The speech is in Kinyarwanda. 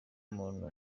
umuntu